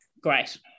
great